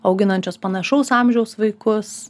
auginančios panašaus amžiaus vaikus